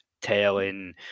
Telling